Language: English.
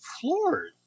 floored